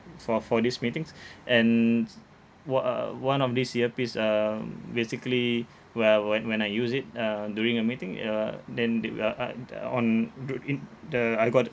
for for these meetings and o~ uh one of this earpiece um basically well when when I use it uh during a meeting i~ uh then the the on the I got uh